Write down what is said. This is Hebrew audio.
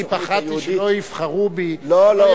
אני פחדתי שלא יבחרו בי, לא, לא.